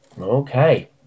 Okay